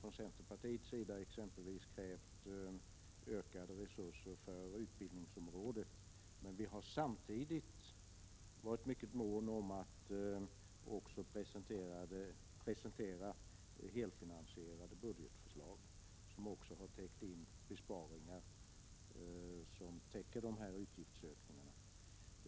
Från centerpartiets sida har vi exempelvis krävt ökade resurser på utbildningsområdet. Vi har samtidigt varit mycket måna om att också presentera helfinansierade budgetförslag, som också omfattat besparingar som täckt de här utgiftsökningarna.